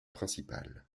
principales